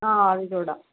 అవి కూడా